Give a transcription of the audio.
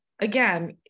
again